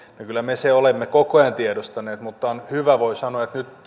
että kyllä me sen olemme koko ajan tiedostaneet mutta on hyvä voi sanoa että nyt